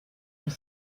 dans